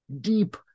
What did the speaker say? deep